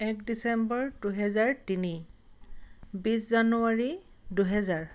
এক ডিচেম্বৰ দুহেজাৰ তিনি বিশ জানুৱাৰী দুহেজাৰ